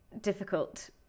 difficult